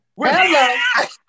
Hello